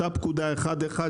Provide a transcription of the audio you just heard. אותה פקודה 1145,